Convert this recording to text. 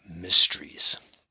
mysteries